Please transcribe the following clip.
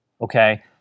okay